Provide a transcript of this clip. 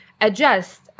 adjust